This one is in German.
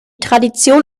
tradition